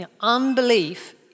Unbelief